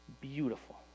beautiful